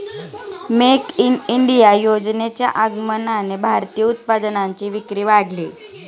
make in India योजनेच्या आगमनाने भारतीय उत्पादनांची विक्री वाढली